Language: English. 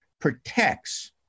protects